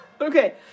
Okay